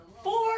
Four